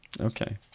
Okay